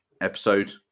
episode